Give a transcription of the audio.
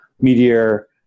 Meteor